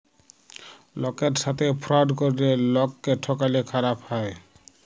লকের সাথে ফ্রড ক্যরলে লকক্যে ঠকালে খারাপ হ্যায়